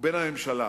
ובין הממשלה.